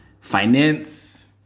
finance